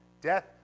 Death